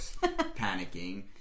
panicking